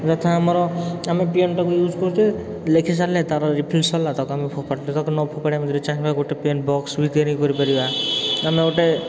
ଯଥା ଆମର ଆମେ ପେନ୍ଟାକୁ ୟୁଜ୍ କରୁଛେ ଲେଖିସାରିଲେ ତା'ର ରିଫିଲ୍ ସରିଲା ତାକୁ ଆମେ ଫୋପାଡ଼ି ଦେଉଛେ ତାକୁ ଆମେ ଯଦି ନ ଫୋପାଡ଼ି ତାକୁ ଆମେ ଚାହିଁବା ପେନ୍ ବକ୍ସ ବି ତିଆରି କରିପାରିବା ଆମେ ଗୋଟେ